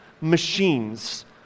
machines